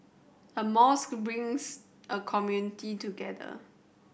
a mosque brings a community together